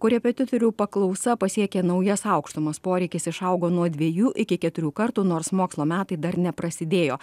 korepetitorių paklausa pasiekė naujas aukštumas poreikis išaugo nuo dviejų iki keturių kartų nors mokslo metai dar neprasidėjo